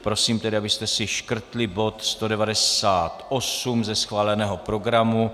Prosím tedy, abyste si škrtli bod 198 ze schváleného programu.